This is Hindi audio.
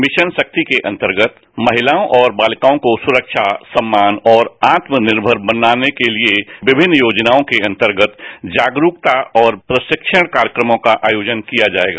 मिशन राक्रि के अंतर्गत महितायों और बालिकायों को सुख्बा सम्मान और आत्म निर्षर बनाने के लिए विभिन्न योजनाखों के अंतर्गत जागरूकता और प्रशिक्षण कार्यक्रमों का आयोजन किया जाएगा